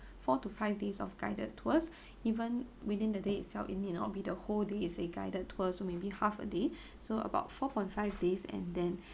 four to five days of guided tours even within the day itself it need not be the whole day is a guided tour so maybe half a day so about four point five days and then